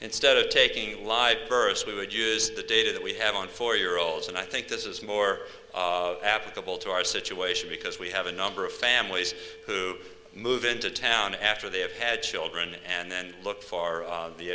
instead of taking live births we would use the data that we have on four year olds and i think this is more applicable to our situation because we have a number of families who move into town after they have had children and then look far